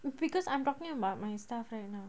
because I'm talking about my stuff right now